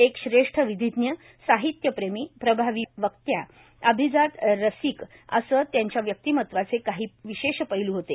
एक श्रेष्ठ विधिज्ञ साहित्यप्रेमी प्रभावी वक्त्या अभिजात रसिक असे त्यांच्या व्यक्तिमत्वाचे काही विशेष पैलू होते